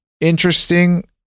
interesting